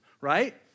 right